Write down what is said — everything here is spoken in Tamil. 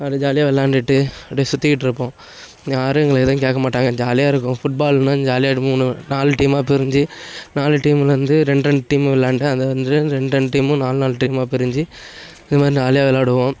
அது ஜாலியாக வெளாண்டுவிட்டு அப்படியே சுற்றிக்கிட்ருப்போம் யாரும் எங்களை எதுவும் கேட்க மாட்டாங்க ஜாலியாக இருக்கும் ஃபுட்பால்லாம் ஜாலியாக ரெண்டு மூணு நாலு டீமாக பிரிஞ்சு நாலு டீமுலேருந்து ரெண்டு ரெண்டு டீமு வெளாண்டு அதில் இருந்து ரெண்டு ரெண்டு டீமும் நாலு நாலு டீமாக பிரிஞ்சு இது மாதிரி ஜாலியாக வெளாடுவோம்